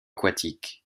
aquatiques